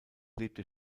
lebte